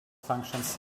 functions